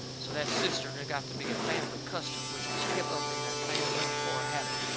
so that cistern had got to be a fambly custom, which was kep' up in that fambly for a habit.